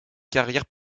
carrière